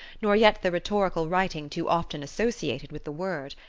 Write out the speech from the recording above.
nor yet the rhetorical writing too often associated with the word.